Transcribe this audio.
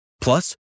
Plus